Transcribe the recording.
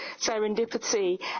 serendipity